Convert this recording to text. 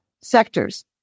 sectors